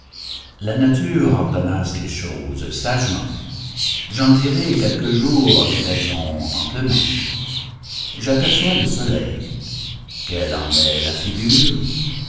la nature ordonna ces choses sagement j'en dirai quelque jour les raisons amplement j'aperçois le soleil quelle en est la figure